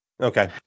Okay